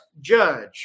judge